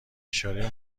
اشاره